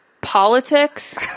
politics